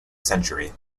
century